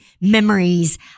memories